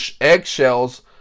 eggshells